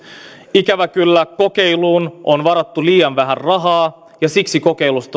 ikävä kyllä kokeiluun on varattu liian vähän rahaa ja siksi kokeilusta